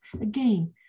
again